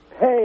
hey